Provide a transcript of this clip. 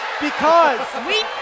Because-